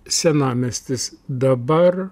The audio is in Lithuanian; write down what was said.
senamiestis dabar